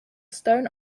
stone